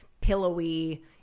pillowy